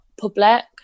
public